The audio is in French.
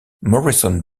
morrison